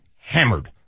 hammered